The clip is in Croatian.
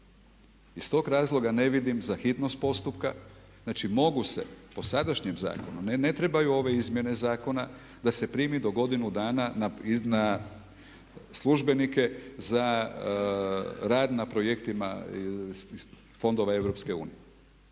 Iz tog razloga ne vidim za hitnost postupka, znači mogu se po sadašnjem zakonu, ne trebaju ove izmjene zakona da se primi do godinu dana na službenike za rad na projektima iz fondova EU.